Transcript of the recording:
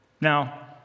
now